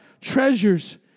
treasures